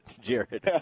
Jared